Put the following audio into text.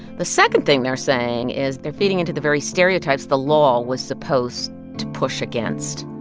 the second thing they're saying is they're feeding into the very stereotypes the law was supposed to push against.